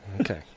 Okay